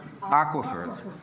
aquifers